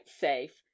safe